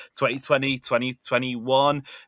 2020-2021